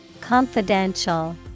Confidential